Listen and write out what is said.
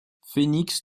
phoenix